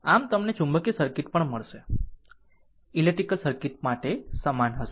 આમ તમને ચુંબકીય સર્કિટ પણ મળશે ઈલેક્ટ્રીકલ સર્કિટ માટે સમાન હશે